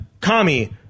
Kami